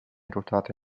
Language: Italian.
ruotata